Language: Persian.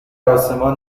آسمان